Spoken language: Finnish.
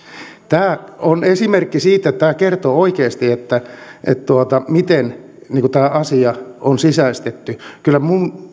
tämä on esimerkki tämä kertoo oikeasti siitä miten tämä asia on sisäistetty kyllä